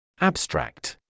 Abstract